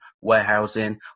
warehousing